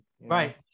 Right